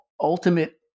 ultimate